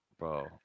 Bro